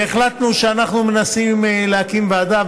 והחלטנו שאנחנו מנסים להקים ועדה,